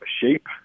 shape